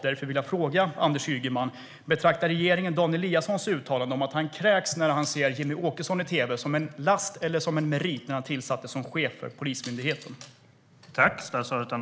Därför vill jag fråga Anders Ygeman: Betraktade regeringen Dan Eliassons uttalande att han kräks när han ser Jimmie Åkesson i tv som en last eller en merit när han tillsattes som chef för Polismyndigheten?